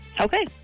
Okay